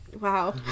wow